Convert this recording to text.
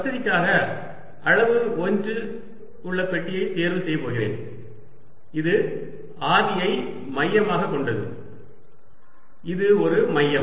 வசதிக்காக அளவு 1 உள்ள பெட்டியைத் தேர்வு செய்யப் போகிறேன் இது ஆதியை மையமாகக் கொண்டது இது ஒரு மையம்